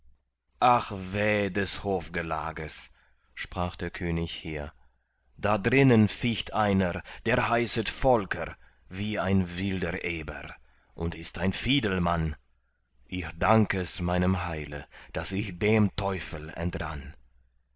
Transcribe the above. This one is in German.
ach weh des hofgelages sprach der könig hehr da drinnen ficht einer der heißet volker wie ein wilder eber und ist ein fiedelmann ich dank es meinem heile daß ich dem teufel entrann